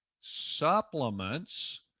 supplements